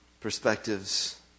perspectives